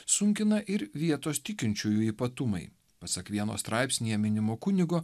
sunkina ir vietos tikinčiųjų ypatumai pasak vieno straipsnyje minimo kunigo